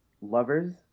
lovers